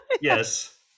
yes